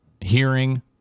hearing